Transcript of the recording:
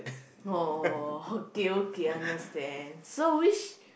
oh okay okay understand so which